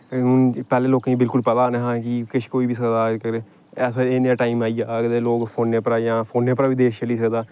पैह्लें लोकें गी बिलकुल पता नेहा कि किश होई बी सकदा अगर ऐसा एह् नेहा टाइम आई गेआ अज्जकल लोक फोनै जां फोनै उप्परा बी देश चली सकदा